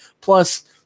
Plus